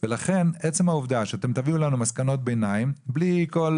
לכן עצם העובדה שאתם תביאו לנו מסקנות ביניים בלי כל